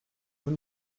vous